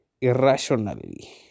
irrationally